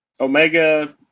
Omega